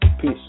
Peace